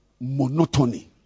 monotony